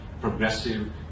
progressive